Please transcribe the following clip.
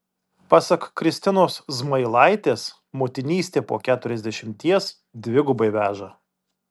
pasak kristinos zmailaitės motinystė po keturiasdešimties dvigubai veža